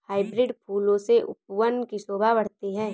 hybrid फूलों से उपवन की शोभा बढ़ती है